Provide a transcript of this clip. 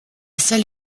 seule